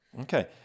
Okay